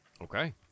Okay